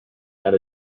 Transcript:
had